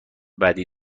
بعدی